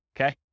Okay